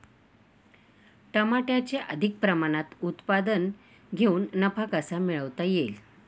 टमाट्याचे अधिक प्रमाणात उत्पादन घेऊन नफा कसा मिळवता येईल?